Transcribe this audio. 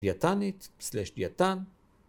‫דיאטנית סלאש דיאטן.